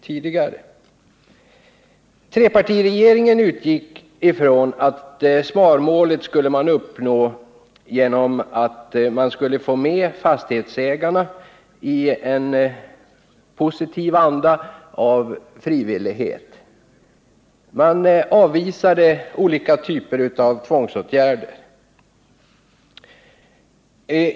Trepartiregeringen utgick från att sparmålet skulle kunna uppnås om man fick med fastighetsägarna i en positiv anda av frivillighet. Man avvisade olika typer av tvångsåtgärder.